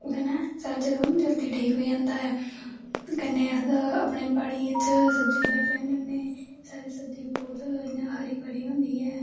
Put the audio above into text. ओह्दे नै साढ़ा जख्म जल्दी ठीक होई जंदा ऐ कन्नै अपने बाड़ियें च सब्जी लाई लैन्ने होन्ने साढ़े सब्जी इयां बौह्त हरी भरी होंदी ऐ अस कोई